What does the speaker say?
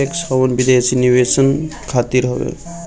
tax haven विदेशी निवेशक खातिर हवे